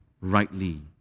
rightly